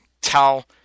Tell